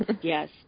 Yes